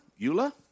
Eula